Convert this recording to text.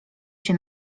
się